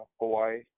Hawaii